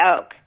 Oak